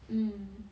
mm